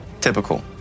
typical